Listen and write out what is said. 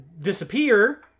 disappear